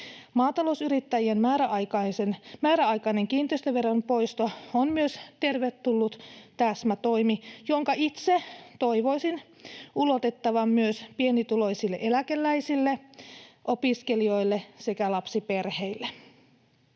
Maatalousyrittäjien määräaikainen kiinteistöveron poisto on myös tervetullut täsmätoimi, jonka itse toivoisin ulotettavan myös pienituloisille eläkeläisille, opiskelijoille sekä lapsiperheille.